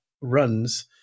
runs